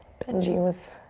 benji was